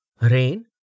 Rain